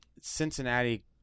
Cincinnati